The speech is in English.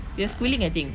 we're schooling I think